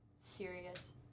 serious